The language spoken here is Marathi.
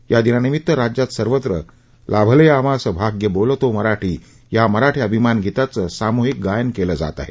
या दिनानिमित्त राज्यात सर्वत्र लाभले आम्हास भाग्य बोलतो मराठी या मराठी अभिमान गीताचं सामृहिक गायन केलं जात आहे